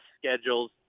schedules